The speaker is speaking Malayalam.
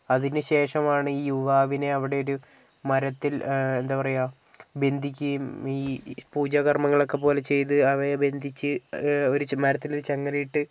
അതിനുശേഷം ആണ് ഈ യുവാവിനെ അവിടെ ഒരു മരത്തിൽ എന്താ പറയുക ബന്ധിക്കുകയും ഈ പൂജകർമ്മങ്ങൾ ഒക്കെ പോലെ ചെയ്ത് അവരെ ബന്ധിച്ച് ഒരു മരത്തിൽ ഒരു ചങ്ങലയിട്ട്